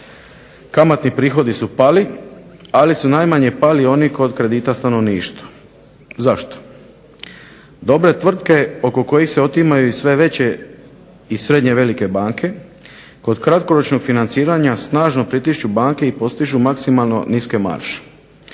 kamatni prihodi su pali ali su najmanje pali oni kod kredita stanovništva, zašto? Dobe tvrtke oko kojih se otimaju sve veće i srednje velike banke, kod kratkoročnog financiranja snažno pritišću banke i postižu maksimalno niske marže.